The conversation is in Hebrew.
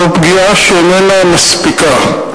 זו פגיעה שאיננה מספיקה.